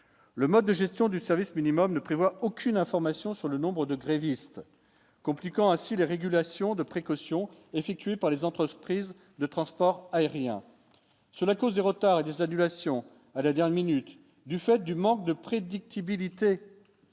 le mode de gestion du service minimum ne prévoit aucune information sur le nombre de grévistes, compliquant ainsi les régulations de précaution. Effectués par les entreprises de transport aérien cela cause des retards et des annulations à la dire minute du fait du manque de prédictibilité